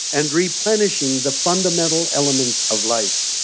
and replenishing the fundamental elements of life.